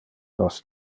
nos